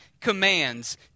commands